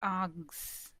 aghast